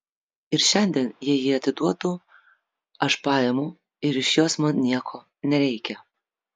ir šiandien jei ji atiduotų aš paimu ir iš jos man nieko nereikia